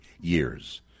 years